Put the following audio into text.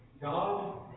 God